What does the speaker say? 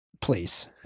please